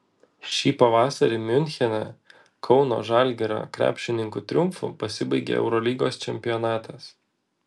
šį pavasarį miunchene kauno žalgirio krepšininkų triumfu pasibaigė eurolygos čempionatas